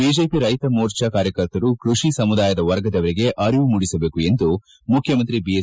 BJP ರೈತ ಮೋರ್ಚಾ ಕಾರ್ಯಕರ್ತರು ಕೃಷಿ ಸಮುದಾಯದ ವರ್ಗದವರಿಗೆ ಅರಿವು ಮೂಡಿಸಬೇಕು ಎಂದು ಮುಖ್ಡಮಂತ್ರಿ ಬಿಎಸ್